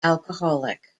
alcoholic